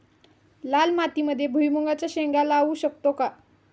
लाल मातीमध्ये भुईमुगाच्या शेंगा लावू शकतो का?